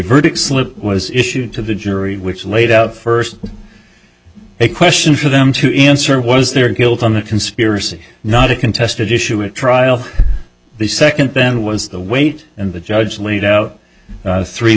verdict slip was issued to the jury which laid out first a question for them to answer was their guilt on the conspiracy not a contested issue at trial the second then was the weight and the judge laid out three